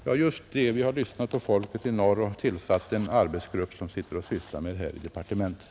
Ja, just det, vi har lyssnat till folket i norr och tillsatt en arbetsgrupp som sitter och sysslar med det här i departementet.